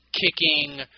kicking